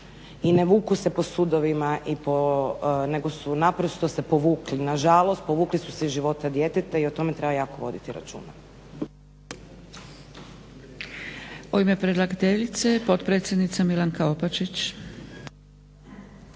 i ne vuku se po sudovima nego su naprosto se povukli, nažalost povukli su se iz života djeteta i o tome treba jako voditi računa.